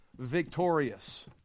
victorious